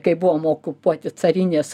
kai buvom okupuoti carinės